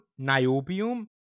niobium